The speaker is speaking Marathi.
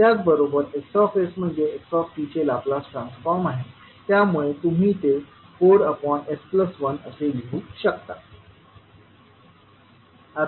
त्याचप्रमाणे X म्हणजे x चे लाप्लास ट्रान्सफॉर्म आहे त्यामुळे तुम्ही ते 4s1 असे लिहू शकता